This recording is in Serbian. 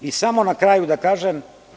Samo na kraju da kažem.